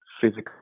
physical